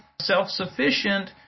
self-sufficient